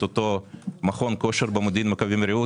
אותו מכון כושר במודיעין-מכבים-רעות.